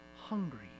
hungry